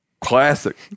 Classic